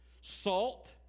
Salt